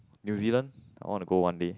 New Zealand I want to go one day